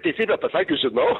teisybę pasakius žinau